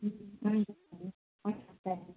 हुन्छ धन्यवाद